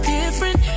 different